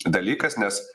dalykas nes